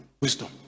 wisdom